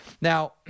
Now